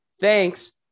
thanks